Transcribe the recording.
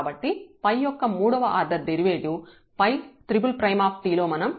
కాబట్టి 𝜙 యొక్క మూడవ ఆర్డర్ డెరివేటివ్ 𝜙t లో మనం t ని 𝜃 గా తీసుకుందాం